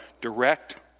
Direct